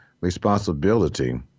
responsibility